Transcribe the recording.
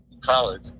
college